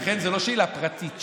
ולכן זו לא שאלה פרטית שלי,